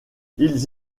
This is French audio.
ils